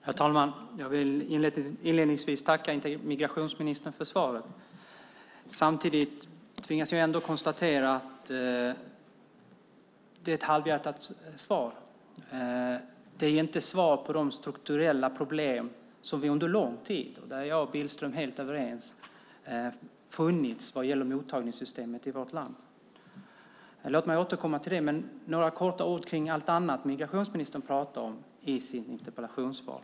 Herr talman! Inledningsvis vill jag tacka migrationsministern för svaret, men samtidigt tvingas jag konstatera att det är ett halvhjärtat svar. Det är inte ett svar på de strukturella problem som - där är jag och Billström helt överens - under en lång tid funnits när det gäller mottagningssystemet i vårt land. Låt mig senare återkomma till det. Först vill jag helt kort säga några ord om annat som migrationsministern säger i sitt interpellationssvar.